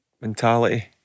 mentality